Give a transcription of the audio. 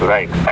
Right